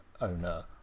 owner